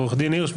עורך דין הירש,